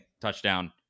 touchdown